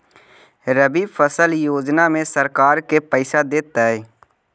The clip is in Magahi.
रबि फसल योजना में सरकार के पैसा देतै?